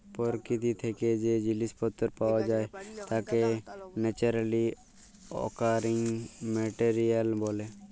পরকিতি থ্যাকে যে জিলিস পত্তর পাওয়া যায় তাকে ন্যাচারালি অকারিং মেটেরিয়াল ব্যলে